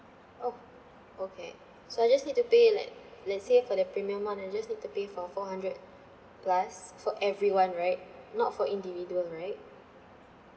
oh okay so I just need to pay like let's say for the premium one I just need to pay for four hundred plus for everyone right not for individual right